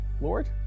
Lord